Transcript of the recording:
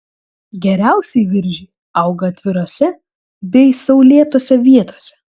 geriausiai viržiai auga atvirose bei saulėtose vietose